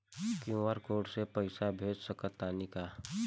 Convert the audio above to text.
QR code से पईसा भेज सक तानी का?